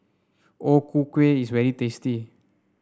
O Ku Kueh is very tasty